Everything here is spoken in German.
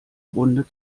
runde